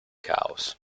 caos